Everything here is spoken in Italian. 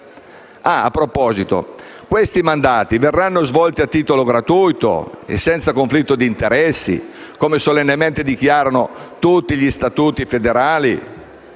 A proposito, questi mandati verranno svolti a titolo gratuito e senza conflitto di interessi, come solennemente dichiarano tutti gli statuti federali?